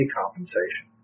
compensation